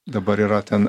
dabar yra ten